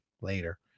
later